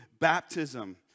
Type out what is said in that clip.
baptism